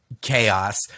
chaos